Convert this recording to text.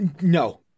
No